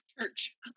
church